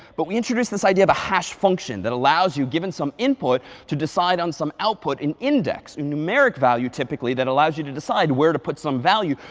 but we introduced this idea of a hash function, that allows you, given some input, to decide on some output and index a numeric value, typically, that allows you to decide where to put some value.